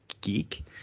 geek